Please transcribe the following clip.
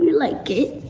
like it.